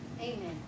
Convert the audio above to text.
Amen